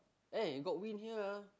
eh got wind here ah